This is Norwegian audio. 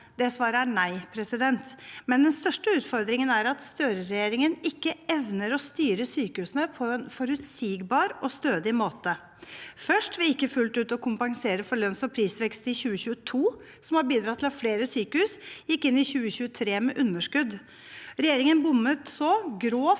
det er nei, men den største utfordringen er at Støre-regjeringen ikke evner å styre sykehusene på en forutsigbar og stødig måte. Det er først ved ikke fullt ut å kompensere for lønns- og prisvekst i 2022, som bidro til at flere sykehus gikk inn i 2023 med underskudd. Dernest bommet regjeringen